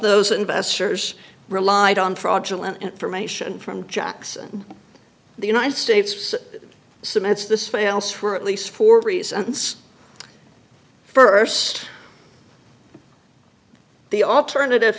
those investors relied on fraudulent information from jackson the united states cements this fails for at least four reasons first the alternative